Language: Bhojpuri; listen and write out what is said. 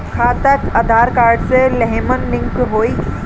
खाता आधार कार्ड से लेहम लिंक होई?